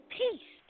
peace